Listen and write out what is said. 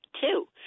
two